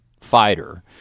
fighter